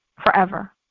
forever